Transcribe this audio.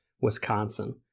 Wisconsin